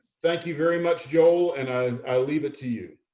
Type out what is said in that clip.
thank you very much, joel, and ah i'll leave it to you.